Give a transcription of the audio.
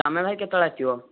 ତୁମେ ଭାଇ କେତେବେଳେ ଆସିବ